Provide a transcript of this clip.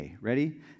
Ready